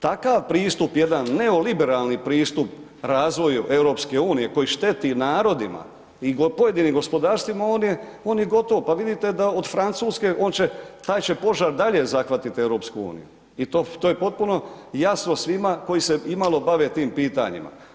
Takav pristup jedan neoliberalni pristup razvoju EU koji šteti narodima i pojedinim gospodarstvima on je, on je gotov, pa vidite da od Francuske on će, taj će požar dalje zahvatit EU i to je potpuno jasno svima koji se imalo bave tim pitanjima.